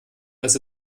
dass